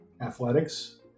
athletics